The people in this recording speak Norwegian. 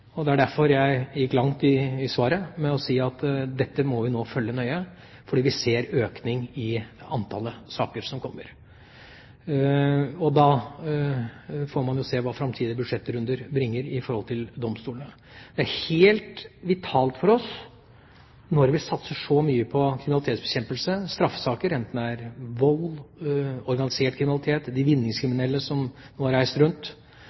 og det var derfor jeg gikk langt i svaret med å si at dette må vi nå følge nøye, fordi vi ser en økning i antallet saker som kommer. Og da får man jo se hva framtidige budsjettrunder bringer i forhold til domstolene. Det er helt vitalt for oss når vi satser så mye på kriminalitetsbekjempelse og straffesaker, enten det er vold, organisert kriminalitet, de vinningskriminelle som reiser rundt